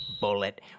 bullet